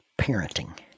parenting